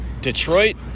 Detroit